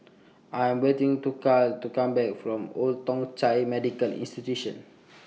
I Am waiting to Carl to Come Back from Old Thong Chai Medical Institution